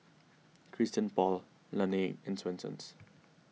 Christian Paul Laneige and Swensens